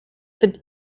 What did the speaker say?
for